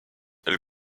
elle